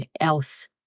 else